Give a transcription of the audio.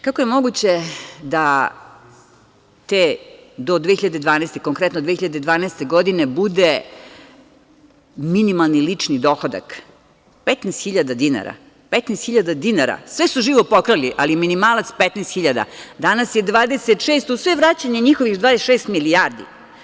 Kako je moguće da do 2012. godine, konkretno 2012. godine bude minimalni lični dohodak 15.000 dinara, sve su živo pokrali, ali minimalac 15.000, a danas je 26.000 uz svo vraćanje njihovih 26 milijardi.